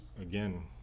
again